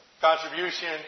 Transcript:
contribution